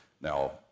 Now